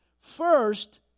First